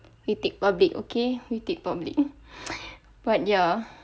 we take public okay we take public but ya